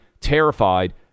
terrified